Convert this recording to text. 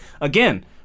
again